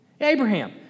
Abraham